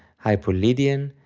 hypolydian,